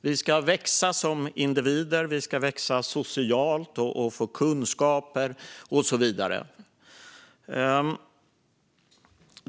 Vi ska växa som individer, vi ska växa socialt och få kunskaper och så vidare.